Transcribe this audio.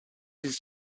his